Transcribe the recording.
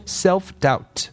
self-doubt